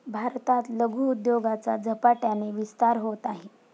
भारतात लघु उद्योगाचा झपाट्याने विस्तार होत आहे